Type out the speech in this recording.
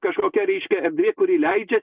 kažkokią reiškia erdvė kuri leidžia